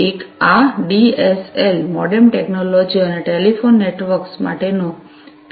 એક આ DSL modem ટેક્નોલોજીઅને ટેલિફોન નેટવર્ક્સ માટેનું પીએસટીએન છે